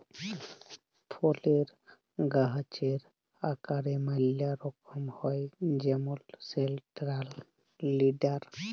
ফলের গাহাচের আকারের ম্যালা রকম হ্যয় যেমল সেলট্রাল লিডার